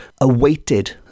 awaited